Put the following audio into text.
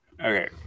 Okay